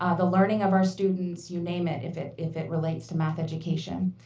ah the learning of our students, you name it, if it if it relates to math education.